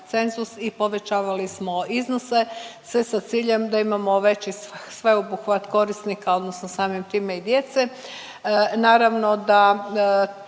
cenzus i povećavali smo iznose sve sa ciljem da imamo veći sveobuhvat korisnika odnosno samim time i djece. Naravno da